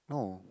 no